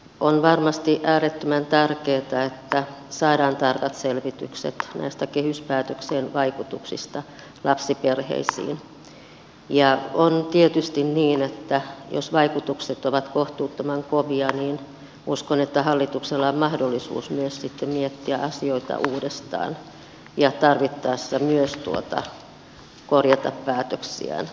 on varmasti äärettömän tärkeätä että saadaan tarkat selvitykset näistä kehyspäätöksen vaikutuksista lapsiperheisiin ja on tietysti niin että jos vaikutukset ovat kohtuuttoman kovia niin uskon että hallituksella on mahdollisuus myös sitten miettiä asioita uudestaan ja tarvittaessa myös korjata päätöksiään